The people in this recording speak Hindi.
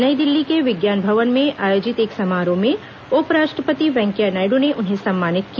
नई दिल्ली के विज्ञान भवन में आयोजित एक समारोह में उप राष्ट्रपति वेंकैया नायडू ने उन्हें सम्मानित किया